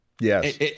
Yes